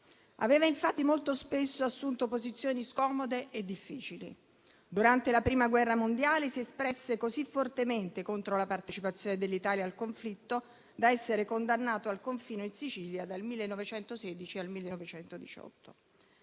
Aveva infatti molto spesso assunto posizioni scomode e difficili. Durante la Prima guerra mondiale, si espresse così fortemente contro la partecipazione dell'Italia al conflitto da essere condannato al confino in Sicilia dal 1916 al 1918.